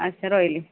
ଆଚ୍ଛା ରହିଲି